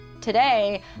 today